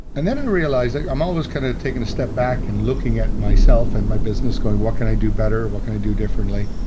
and then i and realized like i'm always kind of taking a step back and looking at myself and my business going, what can i do better? what can i do differently?